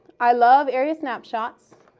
i love area snapshots,